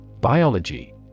Biology